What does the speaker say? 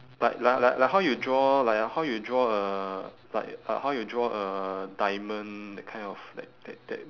like like like like how you draw like how you draw a like uh how you draw a diamond that kind of that that that